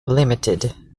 limited